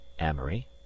Amory